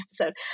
episode